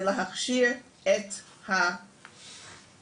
זה להכשיר את המוסדות.